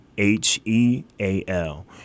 H-E-A-L